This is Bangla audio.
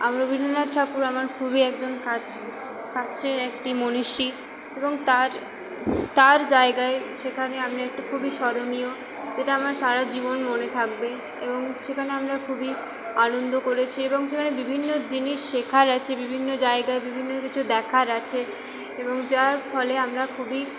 আর রবীন্দ্রনাথ ঠাকুর আমার খুবই একজন কাছের কাছের একটি মনিষী এবং তার তার জায়গায় সেখানে আমি একটু খুবই স্মরণীয় যেটা আমার সারা জীবন মনে থাকবে এবং সেখানে আমরা খুবই আনন্দ করেছি এবং সেখানে বিভিন্ন জিনিস শেখার আছে বিভিন্ন জায়গা বিভিন্ন কিছু দেখার আছে এবং যার ফলে আমরা খুবই